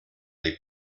les